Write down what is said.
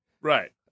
right